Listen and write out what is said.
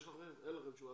אין לכם תשובה.